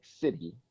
city